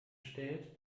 stellt